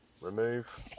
Remove